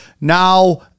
now